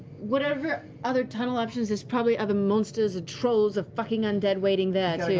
whatever other tunnel options, there's probably other monsters, trolls, fucking undead waiting there,